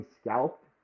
scalped